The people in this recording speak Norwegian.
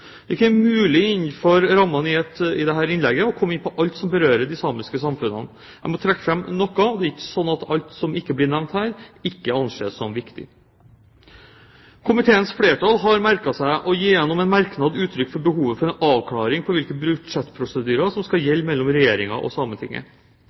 er ikke mulig innenfor rammene av dette innlegget å komme inn på alt som berører de samiske samfunn. Jeg må trekke fram noe, og det er ikke slik at det som ikke blir nevnt her, ikke anses som viktig. Komiteens flertall har merket seg – og gir gjennom en merknad uttrykk for – behovet for en avklaring av hvilke budsjettprosedyrer som skal